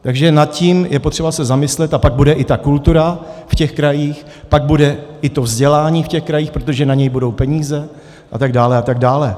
Takže nad tím je potřeba se zamyslet, a pak bude i ta kultura v těch krajích, pak bude i to vzdělání v těch krajích, protože na něj budou peníze, a tak dále, a tak dále.